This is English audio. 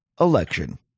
Election